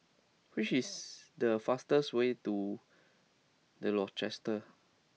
which is the fastest way to The Rochester